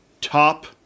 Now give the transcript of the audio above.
top